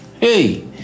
Hey